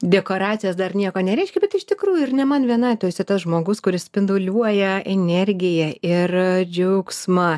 dekoracijos dar nieko nereiškia bet iš tikrųjų ir ne man vienai tu esi tas žmogus kuris spinduliuoja energiją ir džiaugsmą